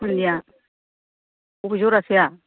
स्कुलनिया अबे जरासेआ